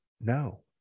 no